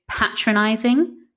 patronizing